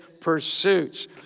pursuits